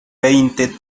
veinte